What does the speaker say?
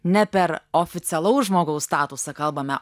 ne per oficialaus žmogaus statusą kalbame